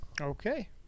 Okay